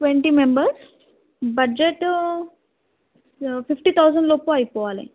twenty members budget fifty thousand లోపు అయిపోవాలి